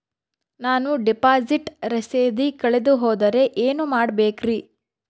ನಾನು ಡಿಪಾಸಿಟ್ ರಸೇದಿ ಕಳೆದುಹೋದರೆ ಏನು ಮಾಡಬೇಕ್ರಿ?